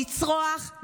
לצרוח,